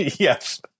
Yes